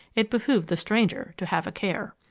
it behooved the stranger to have a care!